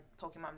Pokemon